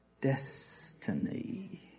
destiny